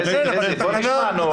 בואו נשמע,